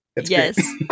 yes